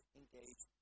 engage